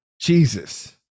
Jesus